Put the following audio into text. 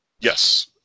Yes